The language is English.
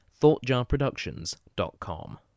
thoughtjarproductions.com